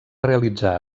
realitzar